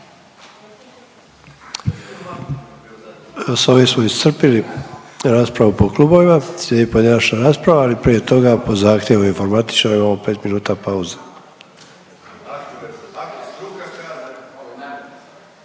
ovim smo iscrpili raspravu po klubovima. Slijedi pojedinačna rasprava ali prije toga po zahtjevu informatičara, imamo 5 minuta pauze.